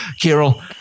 Carol